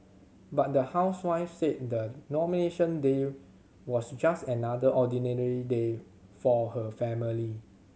but the housewife said the Nomination Day was just another ordinary day for her family